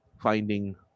finding